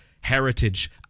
heritage